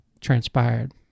transpired